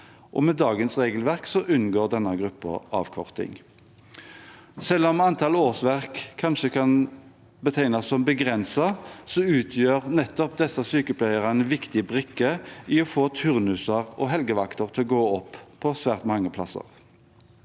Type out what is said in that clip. Med dagens regelverk unngår denne gruppen avkorting. Selv om antall årsverk kanskje kan betegnes som begrenset, utgjør nettopp disse sykepleierne en viktig brikke i å få turnuser og helgevakter til å gå opp på svært mange plasser.